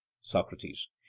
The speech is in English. socrates